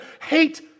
hate